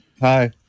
hi